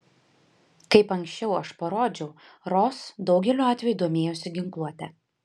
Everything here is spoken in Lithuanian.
kaip ankščiau aš parodžiau ros daugeliu atvejų domėjosi ginkluote